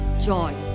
joy